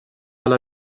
alla